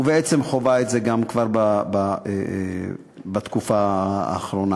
ובעצם חווה את זה כבר בתקופה האחרונה.